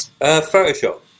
Photoshop